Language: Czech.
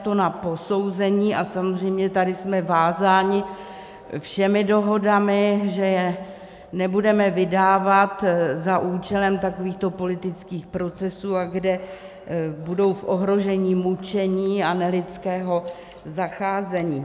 Je to na posouzení, a samozřejmě tady jsme vázáni všemi dohodami, že je nebudeme vydávat za účelem takovýchto politických procesů a kde budou v ohrožení mučení a nelidského zacházení.